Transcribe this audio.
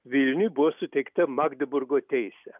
vilniui buvo suteikta magdeburgo teisė